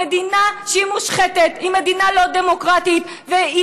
מדינה שהיא מושחתת היא מדינה לא דמוקרטית והיא